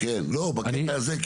לא, בקטע הזה.